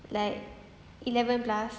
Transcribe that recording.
like eleven plus